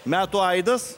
metų aidas